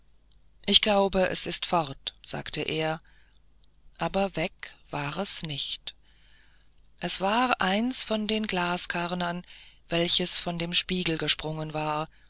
ich glaube es ist fort sagte er aber weg war es nicht es war eins von den glaskörnern welches vom spiegel gesprungen war